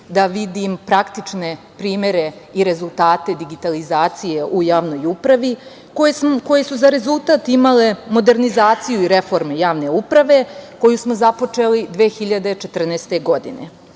da vidim praktične primere i rezultate digitalizacije u javnoj upravi, koje su za rezultat imale modernizaciju i reforme javne uprave, koju smo započeli 2014. godine.